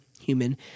human